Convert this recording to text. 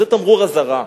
זה תמרור אזהרה.